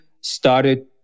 started